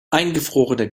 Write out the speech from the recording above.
eingefrorene